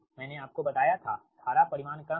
मैंने आपको बताया था धारा परिमाण कम है